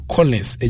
Collins